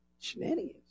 shenanigans